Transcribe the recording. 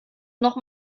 noch